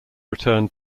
return